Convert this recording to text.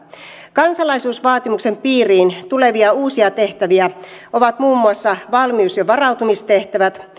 kansalaisuusvaatimuksen piiriin tulevia uusia tehtäviä ovat muun muassa valmius ja varautumistehtävät